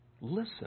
Listen